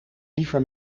liever